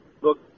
look